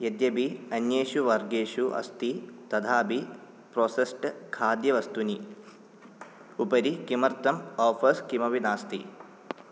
यद्यपि अन्येषु वर्गेषु अस्ति तथापि प्रोसेस्ट् खाद्यवस्तूनि उपरि किमर्थम् आफ़र्स् किमपि नास्ति